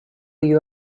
you